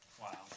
Wow